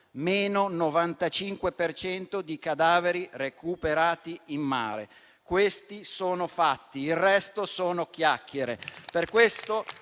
cento di cadaveri recuperati in mare. Questi sono fatti, il resto sono chiacchiere.